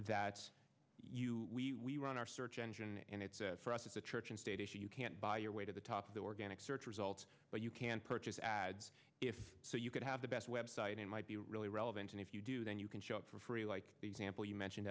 that we run our search engine and it's for us at the church and state issue you can't buy your way to the top of the organic search results but you can purchase ads if so you could have the best web site it might be really relevant and if you do then you can shop for free like the example you mentioned